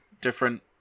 different